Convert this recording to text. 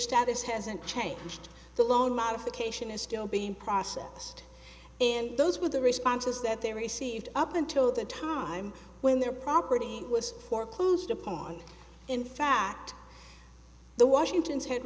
status hasn't changed the loan modification is still being processed and those were the responses that they received up until the time when their property was foreclosed upon in fact the washington's had